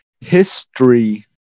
history